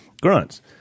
grunts